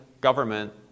government